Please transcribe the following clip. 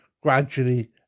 Gradually